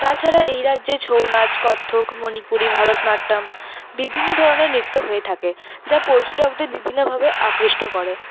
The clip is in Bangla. তাছাড়া এই রাজ্যে ছৌনাচ কত্থক মনিপুরী ভারতনাট্যম বিভিন্ন ধরনের নৃত্য হয়ে থাকে যা পর্যটকদের বিভিন্নভাবে আকৃষ্ট করে